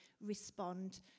respond